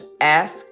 ask